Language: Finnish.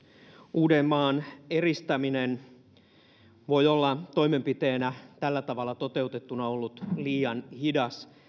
uudenmaan eristäminen on voinut toimenpiteenä olla tällä tavalla toteutettuna liian hidas